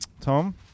tom